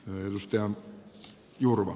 myllys ja jurmu